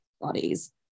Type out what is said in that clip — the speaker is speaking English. bodies